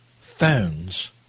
phones